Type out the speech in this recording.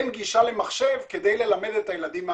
אין גישה למחשב כדי ללמד את הילדים מהבית.